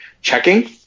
checking